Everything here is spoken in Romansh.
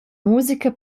musica